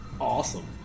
awesome